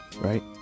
right